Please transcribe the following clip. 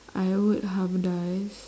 I would hybridise